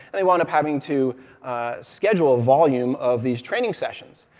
they wound up having to schedule a volume of these training sessions.